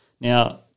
Now